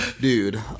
dude